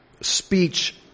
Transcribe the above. speech